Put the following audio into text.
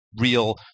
real